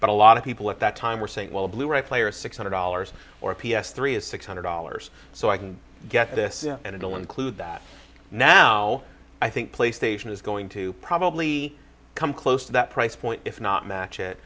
but a lot of people at that time were saying well blu ray player six hundred dollars or p s three is six hundred dollars so i can get this and it will include that now i think playstation is going to probably come close to that price point if not match it